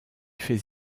fait